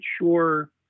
sure